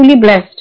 blessed